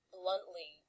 bluntly